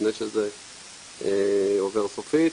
לפני שזה עובר סופית.